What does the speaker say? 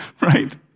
right